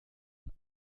und